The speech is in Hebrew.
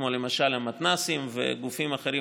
כמו למשל המתנ"סים וגופים אחרים,